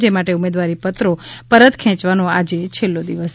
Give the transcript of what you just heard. જે માટે ઉમેદવારી પત્રો પરત ખેંચવાનો આજે છેલ્લો દિવસ છે